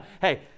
Hey